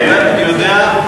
אני יודע,